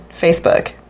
Facebook